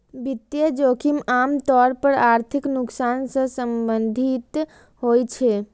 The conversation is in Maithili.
वित्तीय जोखिम आम तौर पर आर्थिक नुकसान सं संबंधित होइ छै